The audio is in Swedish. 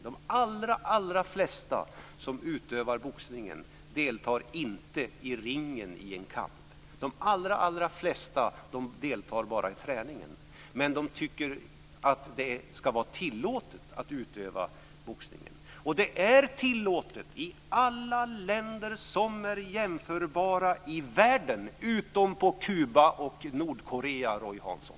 De allra flesta som utövar boxning deltar inte i ringen i en kamp. De allra flesta deltar bara i träningen, men de tycker att det ska vara tillåtet att utöva boxning. Det är tillåtet i alla länder som är jämförbara i världen, utom på Kuba och i Nordkorea, Roy Hansson.